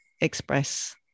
express